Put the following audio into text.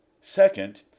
Second